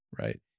right